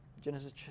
Genesis